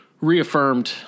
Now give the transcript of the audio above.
reaffirmed